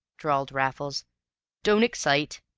drawled raffles don't excite.